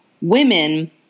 Women